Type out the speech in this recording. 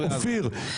אופיר,